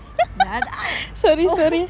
sorry sorry